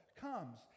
comes